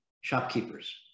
shopkeepers